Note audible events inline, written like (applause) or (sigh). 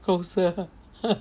closer (laughs)